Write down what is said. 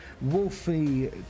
Wolfie